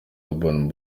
urban